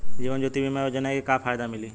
जीवन ज्योति बीमा योजना के का फायदा मिली?